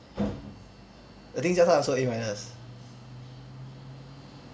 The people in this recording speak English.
I think jia tai also A minus